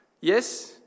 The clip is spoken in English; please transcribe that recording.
Yes